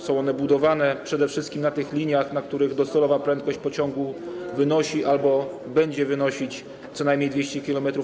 Są one budowane przede wszystkich na tych liniach, na których docelowa prędkość pociągu wynosi albo będzie wynosić co najmniej 200 km/h.